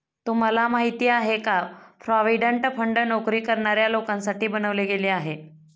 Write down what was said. तुम्हाला माहिती आहे का? प्रॉव्हिडंट फंड नोकरी करणाऱ्या लोकांसाठी बनवले गेले आहे